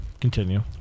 continue